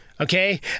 Okay